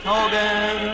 Hogan